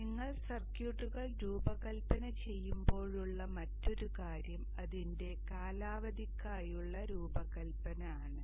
നിങ്ങൾ സർക്യൂട്ടുകൾ രൂപകൽപന ചെയ്യുമ്പോഴുള്ള മറ്റൊരു കാര്യം അതിൻറെ കാലാവധിക്കായുള്ള രൂപകൽപ്പന ആണ്